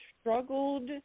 struggled